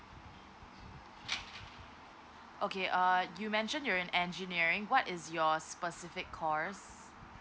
okay err you mentioned you're in engineering what is your specific course